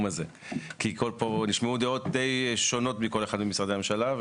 הזה כי נשמעו פה דעות די שונות מכל אחד ממשרדי הממשלה,